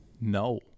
No